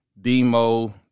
Demo